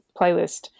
playlist